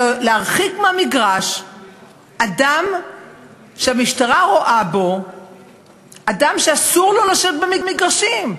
להרחיק מהמגרש אדם שהמשטרה רואה בו אדם שאסור לו לשבת במגרשים,